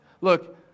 Look